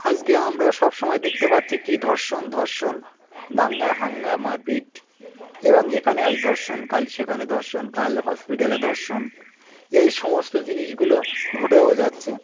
আজকে আমরা সব সময় দেখতে পাচ্ছি কী ধর্ষণ ধর্ষণ দাঙ্গা হাঙ্গামা মারপিট এবং এখানে আজ ধর্ষণ কাল সেখানে ধর্ষণ কাল হসপিটালে ধর্ষণ এই সমস্ত জিনিসগুলো ঘটেও যাচ্ছে